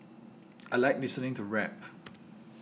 I like listening to rap